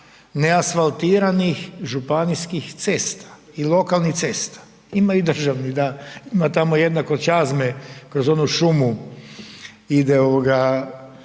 neasfaltiranih županijskih cesta i lokalnih cesta, ima i državnih, da, ima tamo jedna kod Čazme, kroz onu šumu ide jedna